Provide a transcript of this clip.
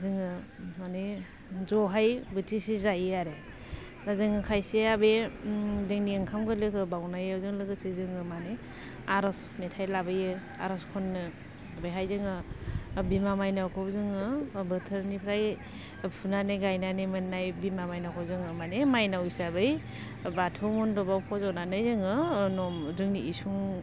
जोङो मानि जहाय बोथिसे जायो आरो ओजों खायसेया बे जोंनि ओंखाम गोरलैखौ बावनायजों लोगोसे जोङो मानि आरज मेथाइ लाबोयो आरज खननो बेहाय जोङो बिमा माइनावखौ जोङो बोथोरनिफ्राय फुनानै गायनानै मोननाय बिमा माइनावखौ जोङो मानि माइनाव हिसाबै बाथौ मन्दबाव फज'नानै जोङो नम जोंनि इसुं